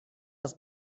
است